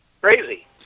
crazy